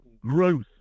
growth